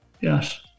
Yes